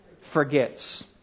forgets